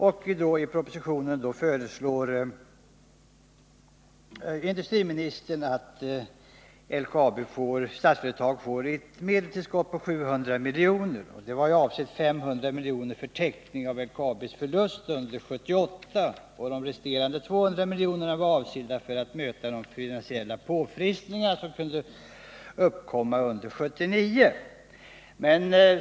I propositionen föreslår industriministern att Statsföretag får ett medelstillskott om 700 milj.kr., varav 500 miljoner är avsedda för täckning av LKAB:s förlust under 1978 och de resterande 200 miljonerna för att möta de finansiella påfrestningar som kan uppkomma under 1979.